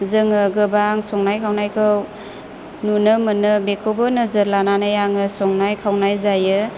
जोङो गोबां संनाय खावनायखौ नुनो मोनो बेखौबो नोजोर लानानै आङो संनाय खावनाय जायो